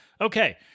okay